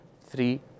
three